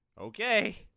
Okay